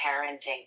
parenting